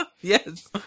Yes